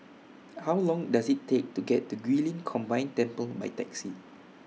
How Long Does IT Take to get to Guilin Combined Temple By Taxi